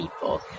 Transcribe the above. people